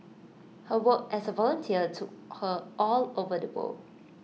her work as A volunteer took her all over the world